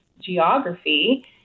geography